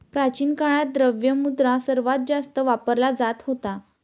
प्राचीन काळात, द्रव्य मुद्रा सर्वात जास्त वापरला जात होता